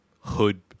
hood